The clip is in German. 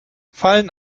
fallen